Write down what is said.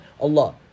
Allah